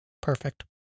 Perfect